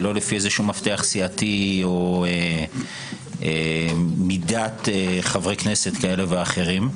ולא לפי מפתח סיעתי או חברי כנסת אלה ואחרים,